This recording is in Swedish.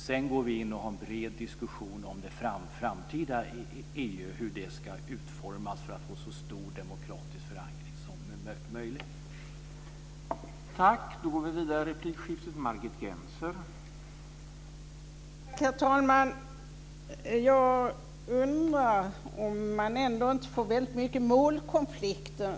Sedan får vi ha en bred diskussion om det framtida EU och om hur det ska utformas för att få så stor demokratisk förankring som möjligt.